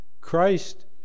Christ